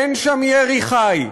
אין שם ירי חי,